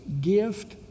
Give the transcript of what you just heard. gift